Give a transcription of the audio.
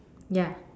ya